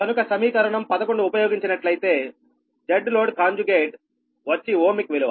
కనుక సమీకరణం 11 ఉపయోగించినట్లయితే Zload కాంజుగేట్ వచ్చి ఓమిక్ విలువ